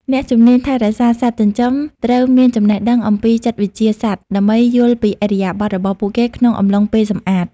អ្នកជំនាញថែរក្សាសត្វចិញ្ចឹមត្រូវមានចំណេះដឹងអំពីចិត្តវិទ្យាសត្វ ដើម្បីយល់ពីឥរិយាបថរបស់ពួកគេក្នុងអំឡុងពេលសម្អាត។